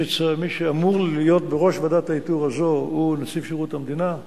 מי שאמור להיות בראש ועדת האיתור הזו הוא נציב שירות המדינה.